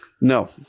No